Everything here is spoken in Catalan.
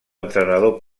entrenador